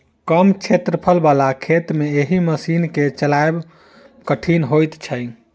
कम क्षेत्रफल बला खेत मे एहि मशीन के चलायब कठिन होइत छै